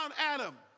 Adam